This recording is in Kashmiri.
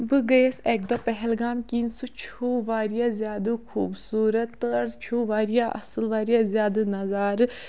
بہٕ گٔیَس اَکہِ دۄہ پَہلگام کِنۍ سُہ چھُ واریاہ زیادٕ خوٗبصوٗرت تور چھُ واریاہ اَصٕل واریاہ زیادٕ نظارٕ